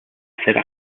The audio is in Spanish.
cera